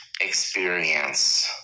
Experience